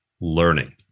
learning